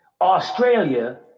Australia